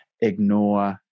ignore